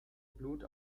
blut